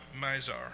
Mizar